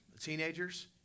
Teenagers